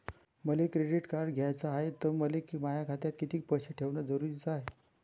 मले credit card घ्याचं हाय, त मले माया खात्यात कितीक पैसे ठेवणं जरुरीच हाय?